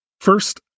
First